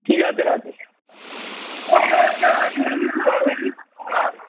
কি গাছের আছে